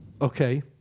Okay